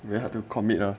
you have to commit a